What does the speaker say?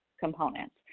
components